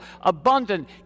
abundant